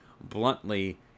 bluntly